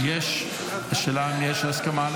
אושרה בקריאה טרומית,